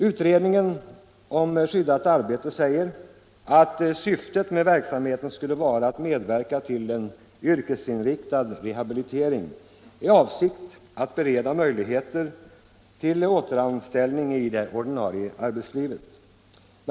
Utredningen om skyddat arbete säger att syftet med verksamheten skulle vara att medverka till en yrkesinriktad rehabilitering i avsikt att bereda möjligheter till återanställning i det ordinarie arbetslivet.